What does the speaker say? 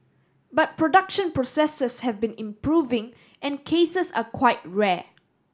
but production processes have been improving and cases are quite rare